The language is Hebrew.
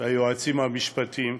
והיועצים המשפטיים,